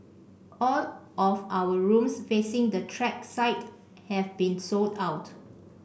all of our rooms facing the track side have been sold out